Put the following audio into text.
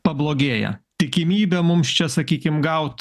pablogėja tikimybė mums čia sakykim gaut